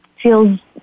feels